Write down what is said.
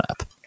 app